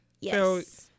Yes